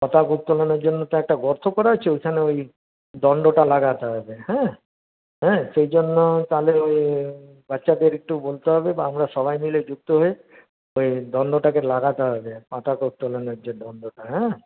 পতাকা উত্তোলনের জন্য তো একটা গর্ত করা আছে ওখানে ওই দণ্ডটা লাগাতে হবে হ্যাঁ হ্যাঁ সেই জন্য তাহলে ওই বাচ্চাদের একটু বলতে হবে বা আমরা সবাই মিলে যুক্ত হয়ে ওই দণ্ডটাকে লাগাতে হবে পতাকা উত্তোলনের জন্য যে দণ্ডটা হ্যাঁ